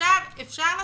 עכשיו אפשר לשבת,